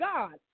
God